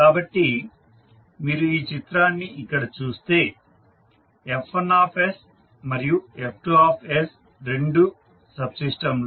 కాబట్టి మీరు ఈ చిత్రాన్ని ఇక్కడ చూస్తే F1s మరియు F2s రెండు సబ్ సిస్టంలు